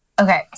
Okay